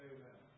Amen